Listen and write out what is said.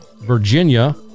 Virginia